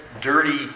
dirty